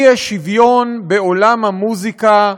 אי-שוויון בעולם המוזיקה,